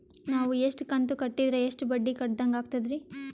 ನಾವು ಇಷ್ಟು ಕಂತು ಕಟ್ಟೀದ್ರ ಎಷ್ಟು ಬಡ್ಡೀ ಕಟ್ಟಿದಂಗಾಗ್ತದ್ರೀ?